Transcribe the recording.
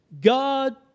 God